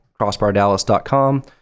crossbardallas.com